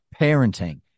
parenting